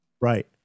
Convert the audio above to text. Right